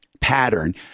pattern